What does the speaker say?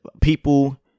people